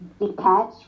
detach